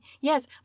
Yes